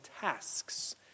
tasks